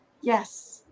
yes